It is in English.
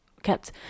kept